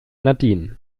nadine